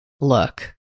look